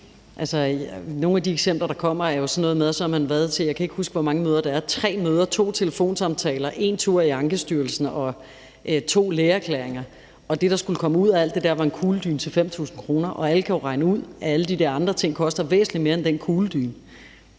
Nogle af de eksempler, der kommer, er jo sådan noget med, at man så har været til, jeg kan ikke huske, hvor mange møder det er, altså f.eks. tre møder, to telefonsamtaler, en tur i Ankestyrelsen og med to lægeerklæringer, og det, der skulle komme ud alt det der, var en kugledyne til 5.000 kr., og alle kan jo regne ud, at alle de der andre ting koster væsentlig mere end den kugledyne.